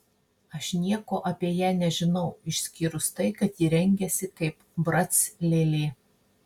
aš nieko apie ją nežinau išskyrus tai kad ji rengiasi kaip brac lėlė